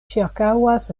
ĉirkaŭas